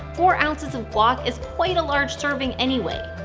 four ounces of guac is quite a large serving anyway.